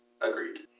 Agreed